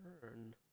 turn